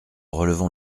relevant